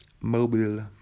Mobile